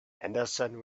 henderson